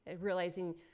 realizing